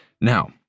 Now